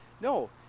No